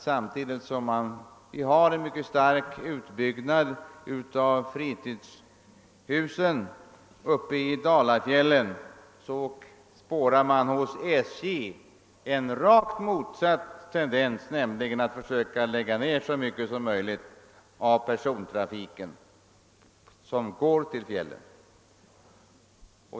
Samtidigt som vi har en mycket stark utbyggnad av antalet fritidshus i Dalafjällen kan man hos SJ skönja en rakt motsatt tendens; där försöker man lägga ner så mycket som möjligt av persontrafiken till fjällen.